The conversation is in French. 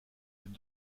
les